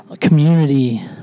community